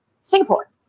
Singapore